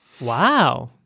Wow